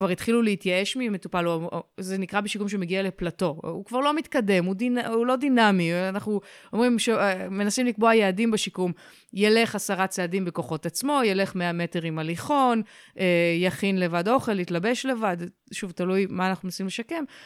כבר התחילו להתייאש ממטופל, זה נקרא בשיקום שמגיע לפלאטו. הוא כבר לא מתקדם, הוא לא דינמי. אנחנו אומרים, מנסים לקבוע יעדים בשיקום, ילך עשרה צעדים בכוחות עצמו, ילך מאה מטרים עם הליכון, יכין לבד אוכל, יתלבש לבד, שוב, תלוי מה אנחנו מנסים לשקם.